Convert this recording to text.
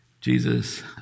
Jesus